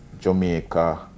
Jamaica